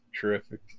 terrific